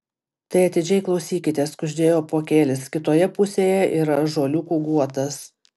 tai atidžiai klausykitės kuždėjo apuokėlis kitoje pusėje yra ąžuoliukų guotas